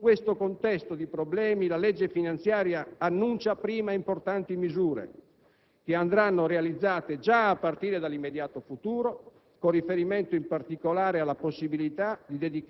voglio far presente che su questo contesto di problemi la legge finanziaria annuncia prime importanti misure, che andranno realizzate già a partire dall'immediato futuro,